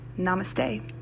Namaste